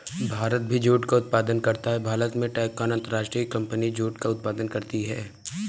भारत भी जूट का उत्पादन करता है भारत में टैपकॉन अंतरराष्ट्रीय कंपनी जूट का उत्पादन करती है